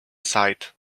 sight